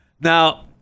Now